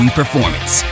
performance